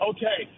Okay